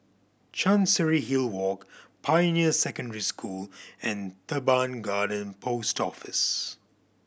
Chancery Hill Walk Pioneer Secondary School and Teban Garden Post Office